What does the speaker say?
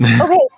okay